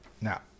Now